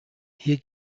hier